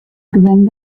provem